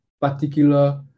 particular